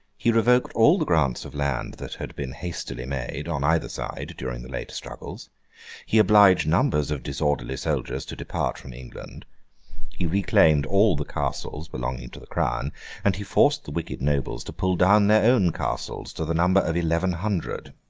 he revoked all the grants of land that had been hastily made, on either side, during the late struggles he obliged numbers of disorderly soldiers to depart from england he reclaimed all the castles belonging to the crown and he forced the wicked nobles to pull down their own castles, to the number of eleven hundred,